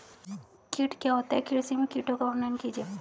कीट क्या होता है कृषि में कीटों का वर्णन कीजिए?